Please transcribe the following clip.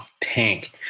tank